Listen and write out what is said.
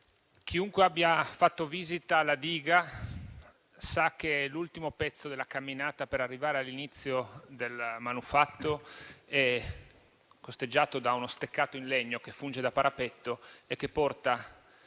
Chiunque abbia fatto visita alla diga sa che l'ultimo pezzo della camminata per arrivare all'inizio del manufatto è costeggiato da uno steccato in legno che funge da parapetto e porta